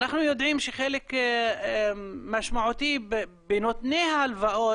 אנחנו יודעים שחלק משמעותי בנותני ההלוואות,